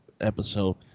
episode